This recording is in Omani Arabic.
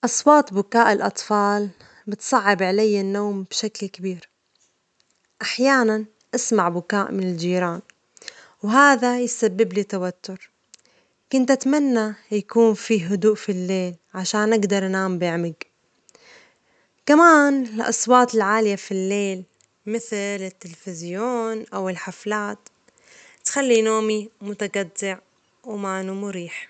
أصوات بكاء الأطفال بتصعب علي النوم بشكل كبير، أحيانا أسمع بكاء من الجيران وهذا يسبب لي توتر، كنت أتمنى يكون في هدوء في الليل عشان أجدر أنام بعمج، كمان الأصوات العالية في الليل مثل التلفزيون أو الحفلات تخلي نومي متجطع ومانه مريح.